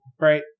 right